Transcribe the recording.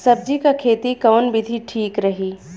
सब्जी क खेती कऊन विधि ठीक रही?